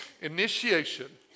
Initiation